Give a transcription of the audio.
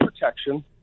protection